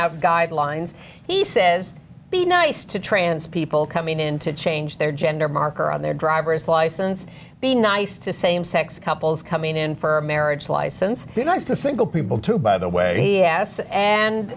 out guidelines he says be nice to trans people coming in to change their gender marker on their driver's license be nice to same sex couples coming in for a marriage license nice to single people too by the way he s and